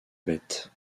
bête